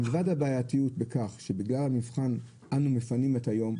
מלבד הבעייתיות בכך שבגלל המבחן אנחנו מפנים את היום,